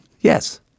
Yes